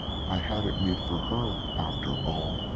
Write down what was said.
i had it made for her, after all.